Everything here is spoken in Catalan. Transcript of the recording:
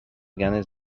ganes